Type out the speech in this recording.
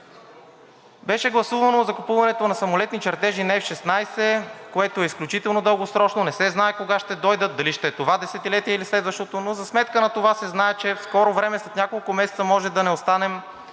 Беше гласувано закупуването на самолетни чертежи на F-16, което е изключително дългосрочно. Не се знае кога ще дойдат, дали ще е това десетилетие или следващото. За сметка на това се знае, че в скоро време, след няколко месеца може да останем